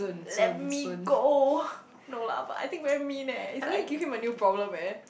let me go no lah but I think very mean eh it's like I give him a new problem eh